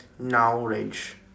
knowledge